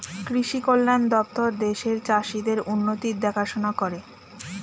কৃষি কল্যাণ দপ্তর দেশের চাষীদের উন্নতির দেখাশোনা করে